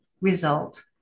result